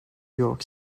york